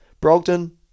Brogdon